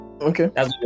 okay